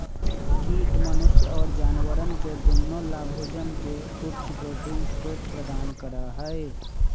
कीट मनुष्य और जानवरवन के दुन्नो लाभोजन के उच्च प्रोटीन स्रोत प्रदान करा हई